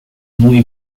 muy